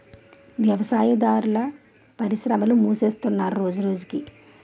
వ్యవసాయాదార పరిశ్రమలు మూసేస్తున్నరు రోజురోజకి